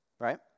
right